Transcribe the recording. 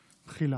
נרשמתי.